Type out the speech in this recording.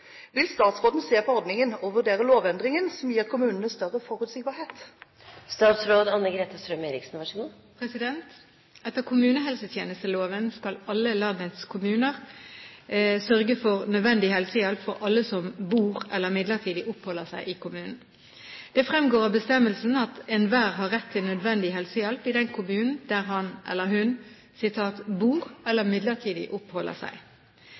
Vil statsråden se på ordningen og vurdere lovendring som gir kommunene større forutsigbarhet?» Etter kommunehelsetjenesteloven skal alle landets kommuner sørge for nødvendig helsehjelp for «alle som bor eller midlertidig oppholder seg i kommunen». Det fremgår av bestemmelsen at enhver har rett til nødvendig helsehjelp i den kommunen der han eller hun «bor eller midlertidig oppholder seg».